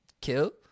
kill